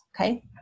okay